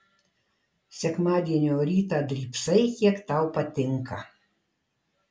sekmadienio rytą drybsai kiek tau patinka